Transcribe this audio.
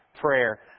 prayer